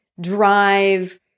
drive